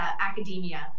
academia